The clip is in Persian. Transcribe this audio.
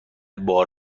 بار